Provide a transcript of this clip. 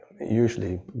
usually